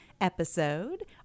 episode